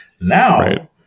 Now